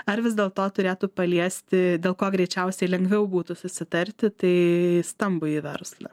ar vis dėlto turėtų paliesti dėl ko greičiausiai lengviau būtų susitarti tai stambųjį verslą